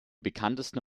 bekanntesten